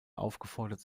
aufgefordert